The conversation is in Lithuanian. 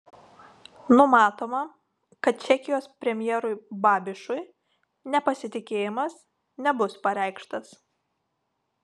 numatoma kad čekijos premjerui babišui nepasitikėjimas nebus pareikštas